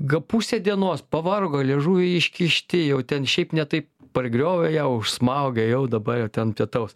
gal pusę dienos pavargo liežuviai iškišti jau ten šiaip ne taip pargriovė ją užsmaugė jau dabar jie ten pietaus